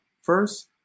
first